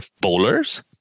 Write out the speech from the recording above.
bowlers